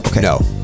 no